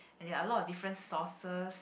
and there are a lot of different sources